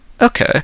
okay